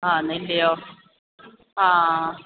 ആന്നില്ലെയോ ആ